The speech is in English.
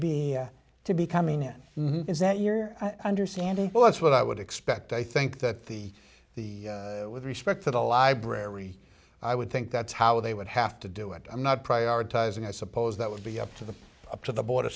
be to be coming in is that year i understand well that's what i would expect i think that the the with respect to the library i would think that's how they would have to do it i'm not prioritizing i suppose that would be up to the up to the board